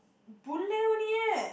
Boon-Lay only eh